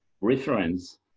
reference